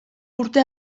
urte